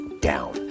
down